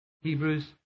Hebrews